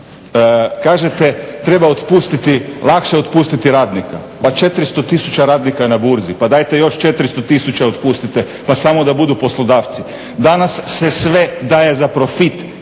Kažete treba otpustiti, lakše je otpustiti radnika. Pa 400 000 radnika je na burzi pa dajete još 400 000 otpustite pa samo da budu poslodavci. Danas se sve daje za profit,